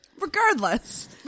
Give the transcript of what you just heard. Regardless